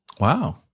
Wow